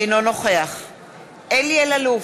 אינו נוכח אלי אלאלוף,